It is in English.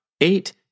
eight